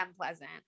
unpleasant